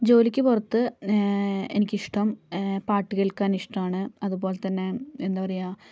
ജോലിക്ക് പുറത്ത് എനിക്ക് ഇഷ്ടം പാട്ട് കേൾക്കാൻ ഇഷ്ടമാണ് അതുപോലെ തന്നെ എന്താ പറയുക